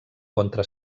contra